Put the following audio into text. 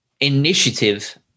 initiative